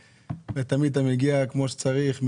ותמיד אתה מגיע כמו שצריך,